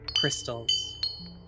crystals